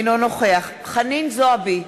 אינו נוכח חנין זועבי,